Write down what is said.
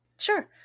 Sure